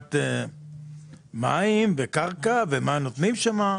את חומר העיבוי של השום לוקח לגדל שבע-שמונה שנים.